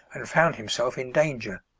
and found himself in danger.